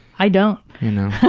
i don't. you know?